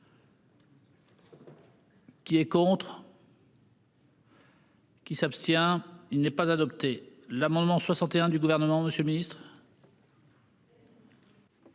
Qui est contre. Qui s'abstient. Il n'est pas adopté l'amendement 61 du gouvernement, monsieur le ministre.--